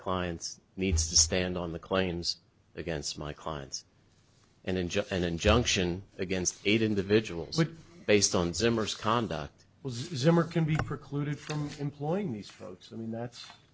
clients needs to stand on the claims against my clients and then just an injunction against eight individuals based on zimmer's conduct was zimmer can be precluded from employing these folks i mean that's